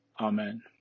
amen